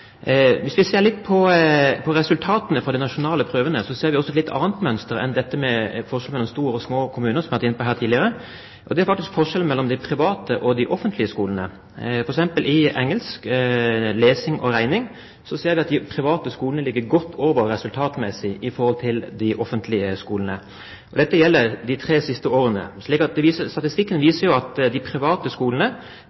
Hvis vi ser litt på resultatene fra de nasjonale prøvene, ser vi også et litt annet mønster enn når det gjelder forskjellen mellom store og små kommuner, som vi har vært inne på her. Det gjelder forskjellen mellom de private og de offentlige skolene. For eksempel i engelsk, lesing og regning ser vi at de private skolene resultatmessig ligger godt over de offentlige skolene. Dette gjelder de tre siste årene. Så statistikken viser jo at de private skolene bidrar til å heve kvaliteten generelt i det